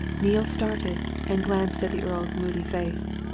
neale started and glanced at the earl's moody face.